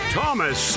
Thomas